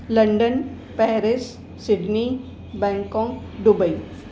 London Paris Sydney Bangkok Dubai